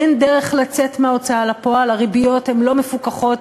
אין דרך לצאת מההוצאה לפועל: הריביות הן לא מפוקחות,